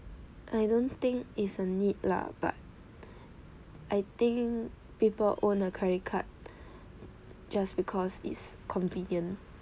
I don't think it's a need lah but I think people own a credit card just because it's convenient